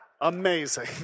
Amazing